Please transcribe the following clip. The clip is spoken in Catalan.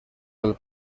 del